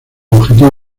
objetivo